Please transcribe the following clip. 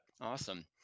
Awesome